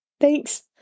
thanks